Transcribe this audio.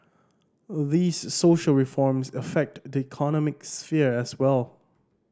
these social reforms affect the economic sphere as well